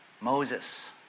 Moses